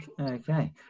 Okay